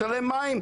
משלם מים?